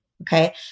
okay